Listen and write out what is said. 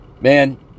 Man